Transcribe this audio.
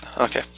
Okay